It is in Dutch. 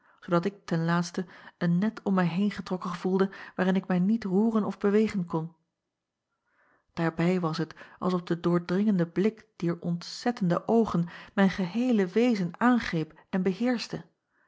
zoodat ik ten laatste een net om mij heen getrokken voelde waarin ik mij niet roeren of bewegen kon aarbij was het als of de doordringende blik dier ontzettende oogen mijn geheele wezen aangreep en beheerschte